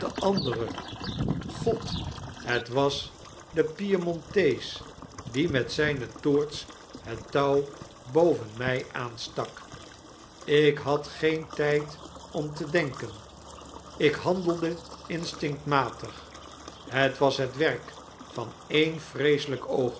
andere g-od het was de piemontees die met zijne toorts het touw boven my aanstak ik had geen tyd om te denken ik handelde instinctmatig het was het werk van een vreeselyk